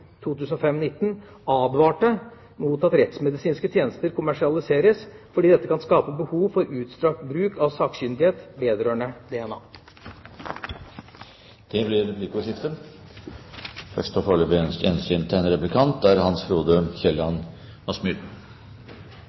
advarte mot at rettsmedisinske tjenester kommersialiseres, fordi dette kan skape behov for utstrakt bruk av sakkyndighet vedrørende DNA. Det blir replikkordskifte. Jeg må si jeg synes statsrådens innlegg var relativt oppsiktsvekkende. Det er